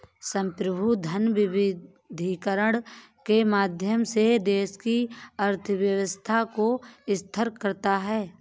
संप्रभु धन विविधीकरण के माध्यम से देश की अर्थव्यवस्था को स्थिर करता है